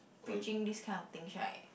breaching this kind of things right